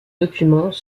documents